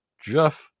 Jeff